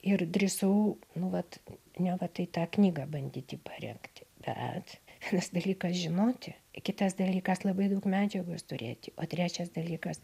ir drįsau nu vat neva tai tą knygą bandyti parengti bet vienas dalykas žinoti kitas dalykas labai daug medžiagos turėti o trečias dalykas